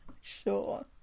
Sure